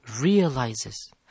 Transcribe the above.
realizes